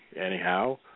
anyhow